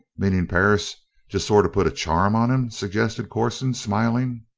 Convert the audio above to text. meaning perris just sort of put a charm on him? suggested corson, smiling.